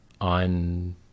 on